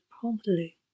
promptly